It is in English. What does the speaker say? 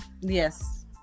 yes